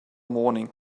morning